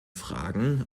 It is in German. fragen